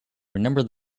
remember